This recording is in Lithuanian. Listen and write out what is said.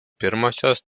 pirmosios